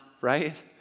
right